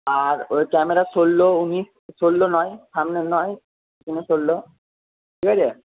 আর ঐ ক্যামেরা ষোলো উনিশ ষোলো নয় সামনে নয় পিছনে ষোলো ঠিক আছে